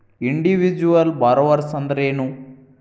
Individual borrowers ಅಂದ್ರೇನು?